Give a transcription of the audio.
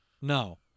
No